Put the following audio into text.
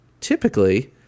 typically